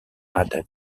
had